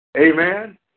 amen